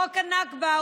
חוק הנכבה,